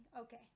Okay